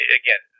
again